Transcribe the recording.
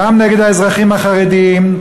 גם נגד האזרחים החרדים,